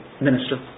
minister